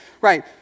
Right